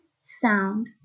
sound